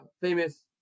famous